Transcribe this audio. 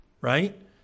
right